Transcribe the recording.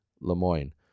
Lemoyne